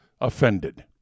offended